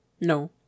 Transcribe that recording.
no